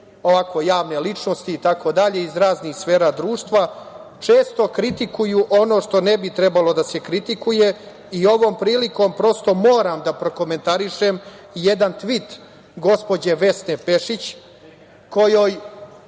javne ličnosti itd. iz raznih sfera društva, često kritikuju ono što ne bi trebalo da se kritikuje i ovom prilikom prosto moram da prokomentarišem jedan tvit gospođe Vesne Pešić, kojoj